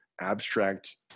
Abstract